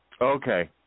Okay